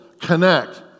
connect